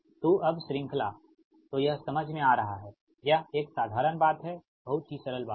तो अब श्रृंखला तो यह समझ में आ रहा है यह एक साधारण बात है बहुत ही सरल बात है